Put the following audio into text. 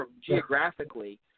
geographically